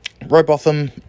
Robotham